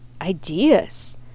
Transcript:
ideas